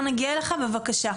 בבקשה.